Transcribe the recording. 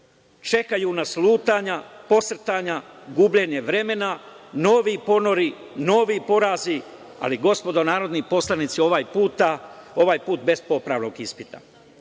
čekaju nas lutanja, posrtanja, gubljenje vremena, novi ponori, novi porazi, ali gospodo narodni poslanici, ovaj put bez popravnog ispita.U